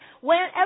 whenever